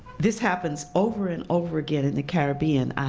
this happens over and over again in the caribbean.